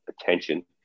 attention